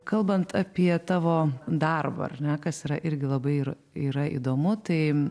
kalbant apie tavo darbą ar ne kas yra irgi labai ir yra įdomu tai